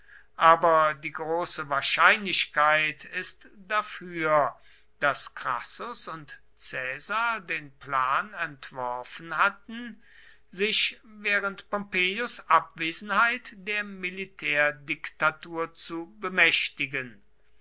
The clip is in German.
aber die große wahrscheinlichkeit ist dafür daß crassus und caesar den plan entworfen hatten sich während pompeius abwesenheit der militärdiktatur zu bemächtigen